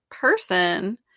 Person